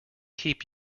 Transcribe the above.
keep